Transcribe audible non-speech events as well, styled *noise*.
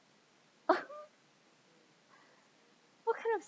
*laughs* what kind of